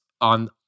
on